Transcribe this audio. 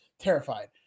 terrified